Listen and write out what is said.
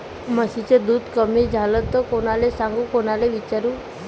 म्हशीचं दूध कमी झालं त कोनाले सांगू कोनाले विचारू?